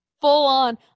full-on